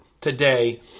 today